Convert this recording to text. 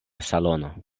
salono